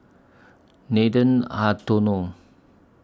Nathan Hartono